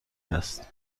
است